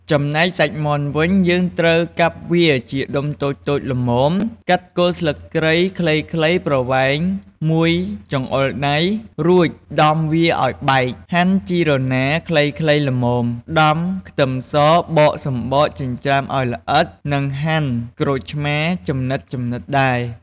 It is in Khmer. ចំណែកសាច់មាន់វិញ យើងត្រូវកាប់វាជាដុំតូចៗល្មម កាត់គល់ស្លឹកគ្រៃខ្លីៗប្រវែងមួយចង្អុលដៃ រួចដំវាឱ្យបែក ហាន់ជីរណារខ្លីៗល្មម ដំខ្ទឹមស បកសំបកចិញ្ច្រាំឲ្យល្អិត និងហាន់ក្រូចឆ្មាចំណិតៗដែរ។